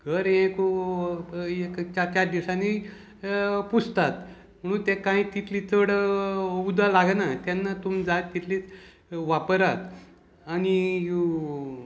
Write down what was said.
घर एक एक चार चार दिसांनी पुसतात म्हणून तें कांय तितली चड उदक लागना तेन्ना तुमी जाय तितली वापरात आनी